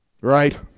Right